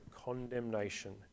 condemnation